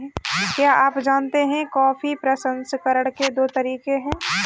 क्या आप जानते है कॉफी प्रसंस्करण के दो तरीके है?